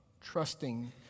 trusting